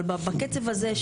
אבל בקצב הזה,